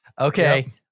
Okay